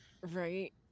Right